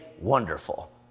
wonderful